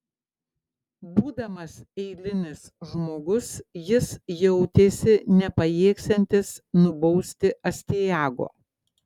būdamas eilinis žmogus jis jautėsi nepajėgsiantis nubausti astiago